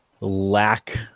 lack